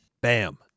Bam